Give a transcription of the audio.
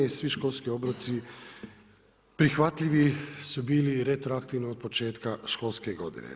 I svi školski obroci prihvatljivi su bili retroaktivno od početka školske godine.